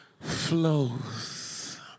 flows